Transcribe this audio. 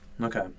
okay